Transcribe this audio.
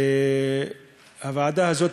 והוועדה הזאת,